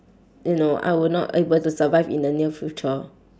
you know I would not able to survive in the near future